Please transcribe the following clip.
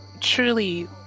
Truly